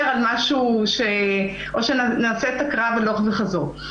על משהו או שנעשה את הקרב הלוך וחזור.